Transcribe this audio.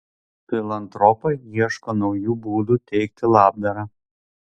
filantropai ieško naujų būdų teikti labdarą